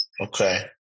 Okay